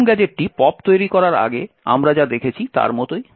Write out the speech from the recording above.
প্রথম গ্যাজেটটি পপ তৈরি করার আগে আমরা যা দেখেছি তার মতোই